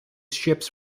ships